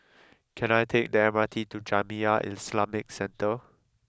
can I take the M R T to Jamiyah Islamic Centre